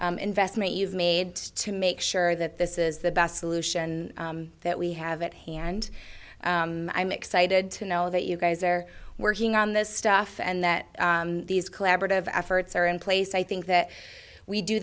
and investment you've made to make sure that this is the best solution that we have at hand i'm excited to know that you guys are working on this stuff and that these collaborative efforts are in place i think that we do